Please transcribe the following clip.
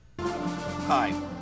Hi